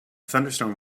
thunderstorm